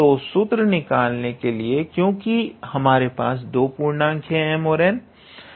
तो सूत्र निकालने के लिए क्योंकि अब हमारे पास दो पूर्णांक हैं